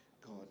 God